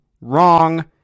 Wrong